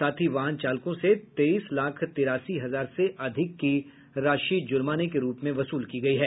साथ ही वाहन चालकों से तेईस लाख तिरासी हजार से अधिक की राशि जुर्माना के रूप में वसूल की गयी है